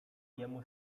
jemu